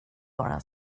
bara